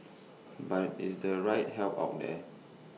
but is the right help out there